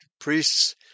priests